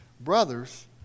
brothers